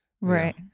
Right